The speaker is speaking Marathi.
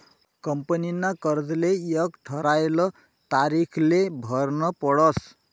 कंपनीना कर्जले एक ठरायल तारीखले भरनं पडस